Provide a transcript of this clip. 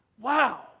Wow